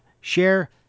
share